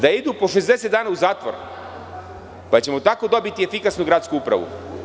Da idu po 60 dana u zatvor, pa ćemo tako dobiti efikasnu gradsku upravu.